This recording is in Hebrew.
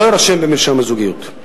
לא יירשם במרשם הזוגיות.